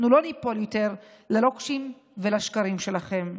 אנחנו לא ניפול יותר ללוקשים ולשקרים שלכם.